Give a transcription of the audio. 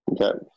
Okay